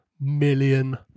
million